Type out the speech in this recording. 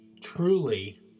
truly